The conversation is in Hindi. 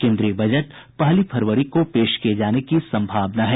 केंद्रीय बजट पहली फरवरी को पेश किये जाने की संभावना है